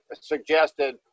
suggested